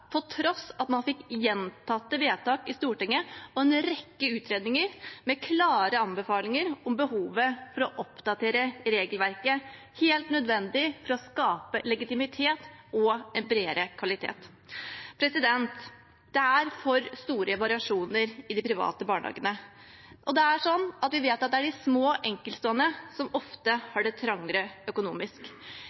på tross av at man fikk gjentatte vedtak i Stortinget og en rekke utredninger med klare anbefalinger om behovet for å oppdatere regelverket. Det er helt nødvendig for å skape legitimitet og en bedre kvalitet. Det er for store variasjoner i de private barnehagene, og vi vet at det er de små, enkeltstående som ofte har det økonomisk trangere.